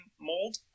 mold